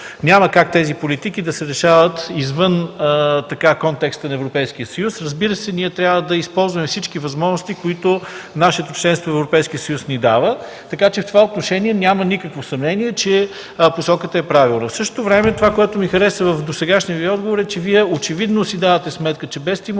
няма как тези политики да се решават извън контекста на Европейския съюз. Разбира се, ние трябва да използваме всички възможности, които нашето членство в Европейския съюз ни дава, така че в това отношение няма никакво съмнение, че посоката е правилна. Това, което ми хареса във Вашия отговор, е: Вие очевидно си давате сметка, че без